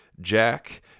Jack